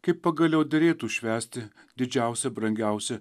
kaip pagaliau derėtų švęsti didžiausią brangiausią